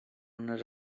unes